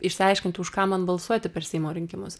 išsiaiškinti už ką man balsuoti per seimo rinkimus